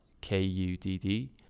K-U-D-D